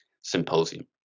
symposium